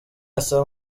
asa